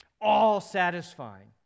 all-satisfying